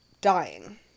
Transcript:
dying